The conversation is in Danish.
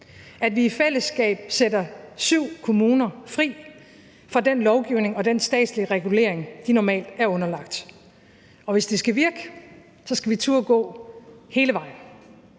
at vi i fællesskab sætter syv kommuner fri fra den lovgivning og den statslige regulering, de normalt er underlagt. Og hvis det skal virke, skal vi turde gå hele vejen.